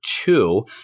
two